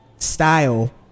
style